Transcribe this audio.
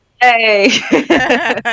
Hey